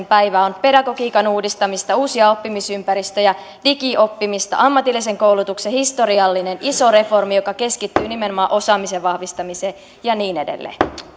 päivään pedagogiikan uudistamista uusia oppimisympäristöjä digioppimista ammatillisen koulutuksen historiallinen iso reformi joka keskittyy nimenomaan osaamisen vahvistamiseen ja niin edelleen